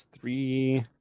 three